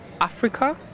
Africa